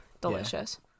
delicious